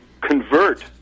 convert